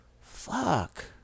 Fuck